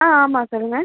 ஆ ஆமாம் சொல்லுங்கள்